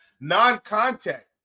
non-contact